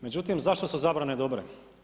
Međutim, zašto su zabrane dobre?